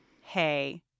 hey